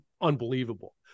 unbelievable